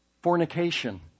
Fornication